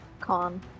con